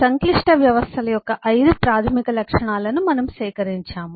సంక్లిష్ట వ్యవస్థల యొక్క 5 ప్రాథమిక లక్షణాలను మనము సేకరించాము